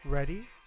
Ready